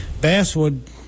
basswood